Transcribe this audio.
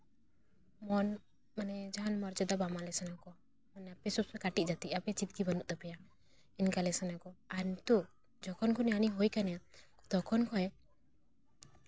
ᱢᱚᱱ ᱢᱟᱱᱮ ᱡᱟᱦᱟᱱ ᱢᱚᱨᱡᱟᱫᱟ ᱵᱟᱝ ᱮᱢᱟᱞᱮ ᱥᱟᱱᱟ ᱠᱚᱣᱟ ᱢᱟᱱᱮ ᱟᱯᱮ ᱥᱚᱵᱽ ᱠᱟᱹᱴᱤᱡ ᱡᱟᱹᱛᱤ ᱟᱯᱮ ᱪᱮᱫᱜᱮ ᱵᱟᱹᱱᱩᱜ ᱛᱟᱯᱮᱭᱟ ᱚᱱᱠᱟ ᱞᱟᱹᱭ ᱥᱟᱱᱟ ᱠᱚᱣᱟ ᱟᱨ ᱱᱤᱛᱚᱜ ᱡᱚᱠᱷᱚᱱ ᱠᱷᱚᱱᱟᱜ ᱦᱟᱹᱱᱤ ᱦᱩᱭ ᱠᱟᱱᱟᱭ ᱛᱚᱠᱷᱚᱱ ᱠᱷᱚᱱ